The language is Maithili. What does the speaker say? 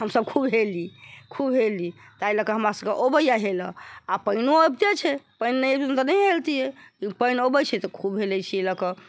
हम सभ खूब हेली खूब हेली ताहि लऽकऽ हमरा सभके अबैया हेलय आ पानिओ अबिते छै पानि नहि अबिते तऽ नहि हेलतियै पानि अबै छै तऽ खूब हेैलै छियै लऽ कऽ